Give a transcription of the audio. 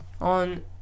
on